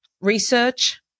Research